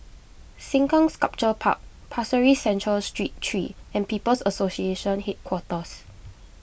Sengkang Sculpture Park Pasir Ris Central Street three and People's Association Headquarters